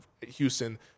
Houston